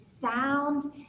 sound